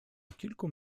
kilku